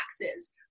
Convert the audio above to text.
taxes